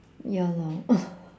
ya lor